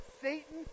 Satan